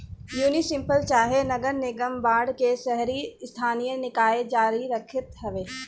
municipal चाहे नगर निगम बांड के शहरी स्थानीय निकाय जारी करत हवे